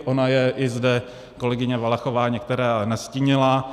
Ona je i zde kolegyně Valachová některé nastínila.